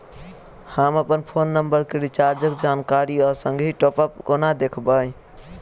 हम अप्पन phone number केँ रिचार्जक जानकारी आ संगहि टॉप अप कोना देखबै?